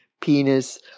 penis